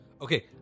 Okay